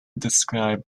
describe